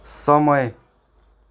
समय